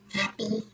happy